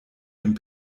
dem